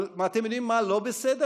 אבל אתם יודעים מה לא בסדר?